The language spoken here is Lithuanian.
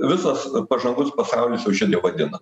visas pažangus pasaulis jau šendie vadina